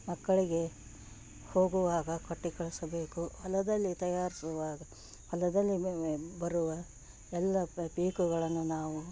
ಮಕ್ಕಳಿಗೆ ಹೋಗುವಾಗ ಕೊಟ್ಟು ಕಳಿಸಬೇಕು ಹೊಲದಲ್ಲಿ ತಯಾರಿಸುವಾಗ ಹೊಲದಲ್ಲಿ ಮೆ ಬರುವ ಎಲ್ಲ ಪೀಕುಗಳನ್ನು ನಾವು